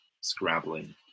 scrabbling